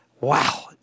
Wow